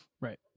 Right